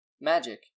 Magic